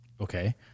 Okay